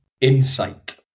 insight